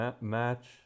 match